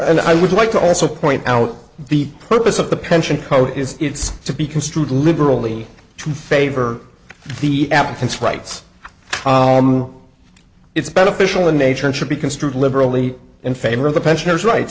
and i would like to also point out the purpose of the pension code is it's to be construed liberally to favor the applicant's rights it's beneficial in nature and should be construed liberally in favor of the pensioners right